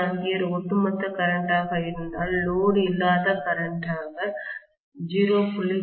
3 A ஒட்டுமொத்த current ஆக இருந்தால் லோடு இல்லாத கரண்ட் ஆக 0